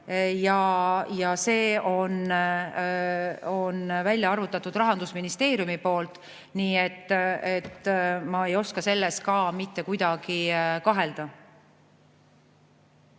Selle on välja arvutanud Rahandusministeerium, nii et ma ei oska selles mitte kuidagi kahelda.